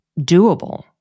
doable